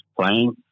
playing